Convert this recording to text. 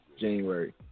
January